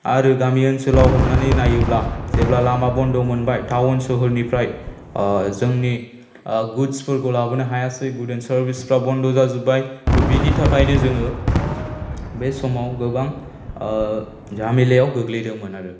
आरो गामि ओनसोलाव हमनानै नायोब्ला जेब्ला लामा बन्द' मोनबाय टाउन सोहोरनिफ्राय जोंनि गुडसफोरखौ लाबोनो हायासै गुड एन्ड सार्भिसफोरा बन्द' जाजोब्बाय त' बिनि थाखायनो जोङो बे समाव गोबां झामेलायाव गोग्लैदोंमोन आरो